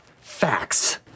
Facts